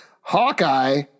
Hawkeye